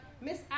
Miss